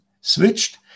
switched